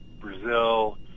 Brazil